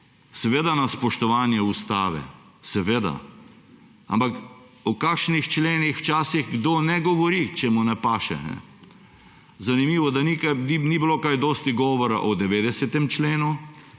na spoštovanje Ustave, seveda, ampak o kakšnih členih včasih kdo ne govori, če mu ne paše. Zanimivo, da ni bilo kaj dosti govora o 90. členu.